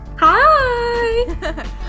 Hi